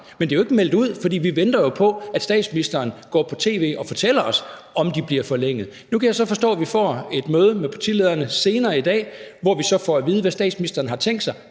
Men det er jo ikke meldt ud, fordi vi venter på, at statsministeren går på tv og fortæller os, om de bliver forlænget. Nu kan jeg så forstå, at vi får et møde med partilederne senere i dag, hvor vi så får at vide, hvad statsministeren har tænkt sig.